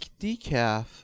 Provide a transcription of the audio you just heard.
decaf